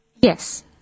Yes